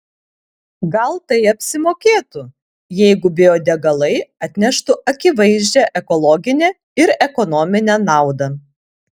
gal tai apsimokėtų jeigu biodegalai atneštų akivaizdžią ekologinę ir ekonominę naudą